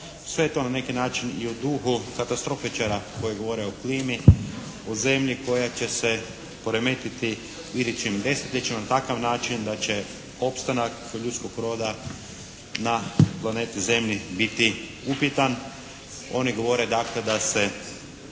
Sve to na neki način i u duhu katastrofičara koji govore o klimi u zemlji koja će se poremetiti u idućim desetljećima na takav način da će opstanak ljudskog roda na planeti Zemlji biti upitan. Oni govore dakle da se